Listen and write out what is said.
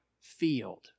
field